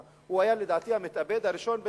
הוא היה המתאבד הראשון בהיסטוריה.